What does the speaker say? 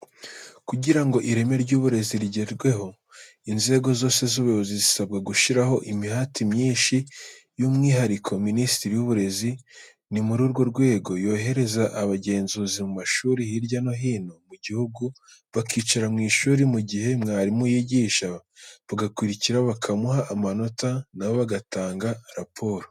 Kugira ngo ireme ry' uburezi rigerweho, inzego zose z'ubuyobozi zisabwa gushyiraho imihati myinshi, by'umwihariko Minisiteri y'Uburezi. Ni muri urwo rwego yohereza abagenzuzi mu mashuri hirya no hino mu gihugu, bakicara mu ishuri mu gihe mwarimu yigisha, bagakurikira, bakamuha amanota, na bo bagatanga raporo.